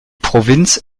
provinz